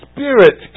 Spirit